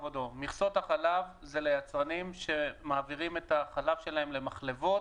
כבודו: מכסות החלב זה ליצרנים שמעבירים את החלב שלהם למחלבות